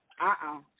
uh-oh